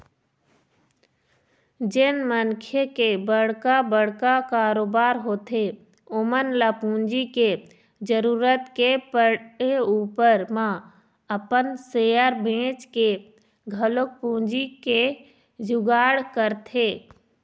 जेन मनखे के बड़का बड़का कारोबार होथे ओमन ल पूंजी के जरुरत के पड़े ऊपर म अपन सेयर बेंचके घलोक पूंजी के जुगाड़ करथे